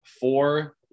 Four